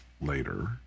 later